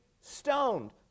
stoned